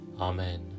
Amen